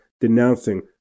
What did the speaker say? denouncing